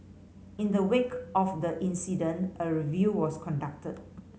in the wake of the incident a review was conducted